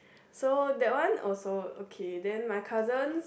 so that one also okay then my cousins